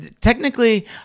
technically